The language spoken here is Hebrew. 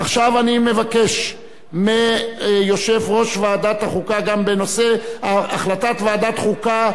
עכשיו אני מבקש מיושב-ראש ועדת החוקה גם בנושא החלטת ועדת החוקה,